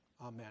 Amen